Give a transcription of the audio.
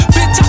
Bitch